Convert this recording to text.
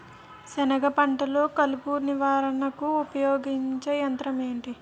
సెనగ పంటలో కలుపు నివారణకు ఉపయోగించే యంత్రం ఏంటి?